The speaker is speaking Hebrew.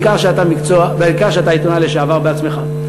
בעיקר שאתה עיתונאי לשעבר בעצמך.